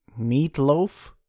Meatloaf